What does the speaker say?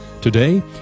Today